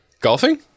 golfing